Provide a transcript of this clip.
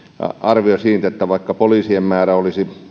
arvio siitä että vaikka poliisien määrä olisi